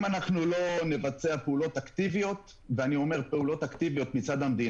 המענקים בהחלט יעזרו ויגדילו את הביקושים